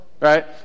Right